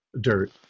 Dirt